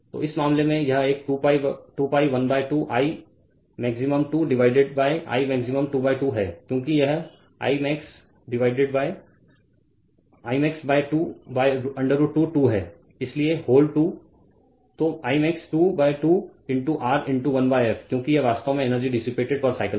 तो इस मामले में यह एक 2 pi 12 l I max 2 divided I max 22 है क्योंकि यह I max √ 2 2 है इसलिए व्होल 2 तो I max 22 R into 1f क्योंकि यह वास्तव में एनर्जी डिसिपातेड़ पर साइकिल है